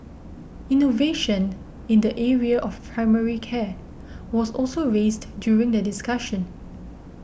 innovation in the area of primary care was also raised during the discussion